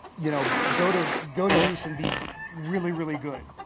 you know, go to go to use and be really, really good?